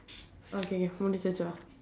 okay okay முடிச்சாச்சு வா:mudichsaachsu vaa